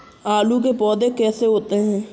आलू के पौधे कैसे होते हैं?